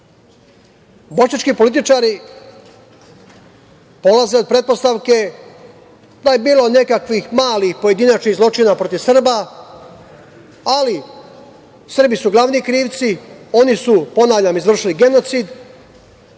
Bošnjački političari polaze od pretpostavke da je bilo nekakvih malih, pojedinačnih zločina protiv Srba, ali Srbi su glavni krivci, oni su, ponavljam, izvršili genocid,